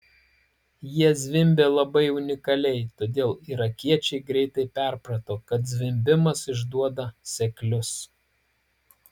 jie zvimbė labai unikaliai todėl irakiečiai greitai perprato kad zvimbimas išduoda seklius